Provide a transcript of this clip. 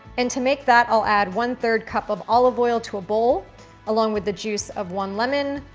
and to make that, i'll add one third cup of olive oil to a bowl along with the juice of one lemon,